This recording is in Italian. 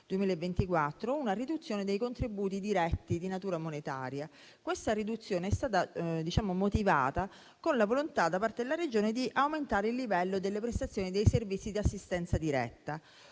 in vigore a partire da giugno 2024. Questa riduzione è stata motivata con la volontà da parte della Regione di aumentare il livello delle prestazioni dei servizi di assistenza diretta.